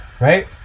right